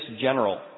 general